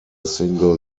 single